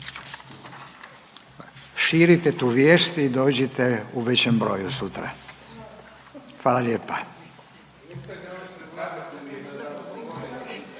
Širite tu vijest i dođite u većem broju sutra. Hvala lijepa.